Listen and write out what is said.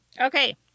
Okay